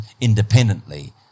independently